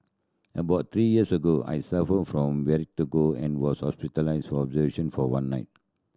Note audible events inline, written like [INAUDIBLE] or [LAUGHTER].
about three years ago I suffered from [UNINTELLIGIBLE] and was hospitalised for observation for one night